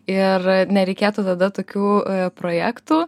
ir nereikėtų tada tokių projektų